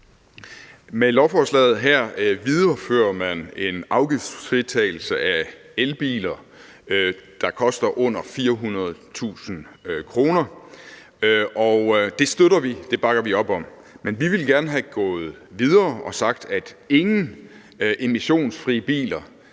Med lovforslaget her viderefører man en afgiftsfritagelse af elbiler, der koster under 400.000 kr. Og det støtter vi, det bakker vi op om. Men vi ville gerne være gået videre og sagt, at ingen emissionsfri biler